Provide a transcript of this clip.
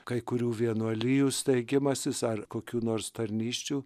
kai kurių vienuolijų steigimasis ar kokių nors tarnysčių